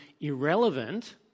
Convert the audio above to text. irrelevant